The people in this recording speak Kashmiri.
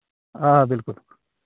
آ بِلکُل